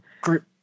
group